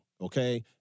Okay